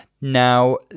Now